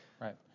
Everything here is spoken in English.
Right